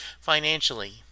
financially